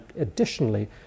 additionally